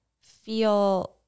feel